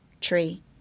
Tree